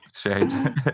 Shade